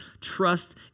trust